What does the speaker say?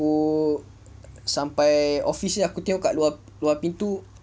aku sampai office aku tengok kat luar pintu